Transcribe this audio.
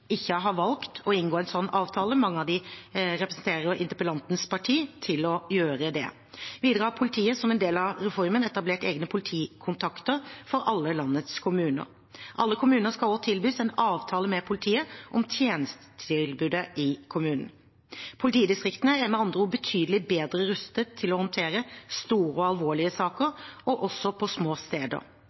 har valgt ikke å inngå en slik avtale, mange av dem representerer interpellantens parti, til å gjøre det. Videre har politiet som en del av reformen etablert egne politikontakter for alle landets kommuner. Alle kommuner skal også tilbys en avtale med politiet om tjenestetilbud i kommunen. Politidistriktene er med andre ord betydelig bedre rustet til å håndtere store og alvorlige saker, også på små steder.